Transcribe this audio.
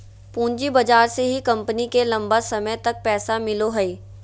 पूँजी बाजार से ही कम्पनी के लम्बा समय तक पैसा मिलो हइ